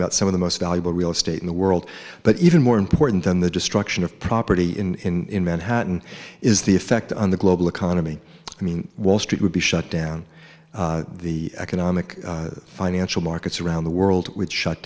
about some of the most valuable real estate in the world but even more important than the destruction of property in manhattan is the effect on the global economy i mean wall street would be shut down the economic financial markets around the world would shut